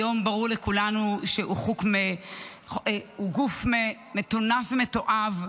היום ברור לכולנו שהוא גוף מטונף ומתועב,